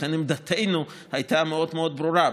לכן, עמדתנו הייתה מאוד מאוד ברורה.